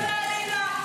את האליטה.